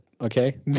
okay